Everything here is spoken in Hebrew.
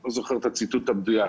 לא זוכר את הציטוט המדויק.